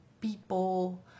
people